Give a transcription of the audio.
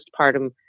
postpartum